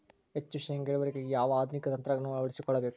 ಹೆಚ್ಚು ಶೇಂಗಾ ಇಳುವರಿಗಾಗಿ ಯಾವ ಆಧುನಿಕ ತಂತ್ರಜ್ಞಾನವನ್ನು ಅಳವಡಿಸಿಕೊಳ್ಳಬೇಕು?